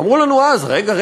ואמרו לנו אז: רגע,